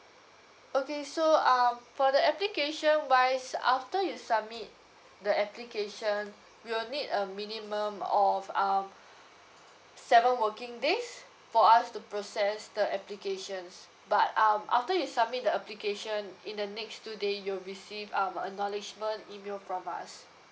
okay so um for the application wise after you submit the application we will need a minimum of um seven working days for us to process the applications but um after you submit the application in the next two day you will receive um acknowledgement email from us